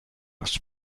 was